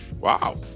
Wow